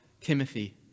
Timothy